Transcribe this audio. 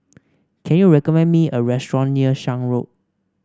can you recommend me a restaurant near Shan Road